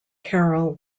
carroll